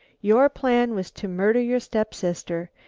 your plan was to murder your step-sister,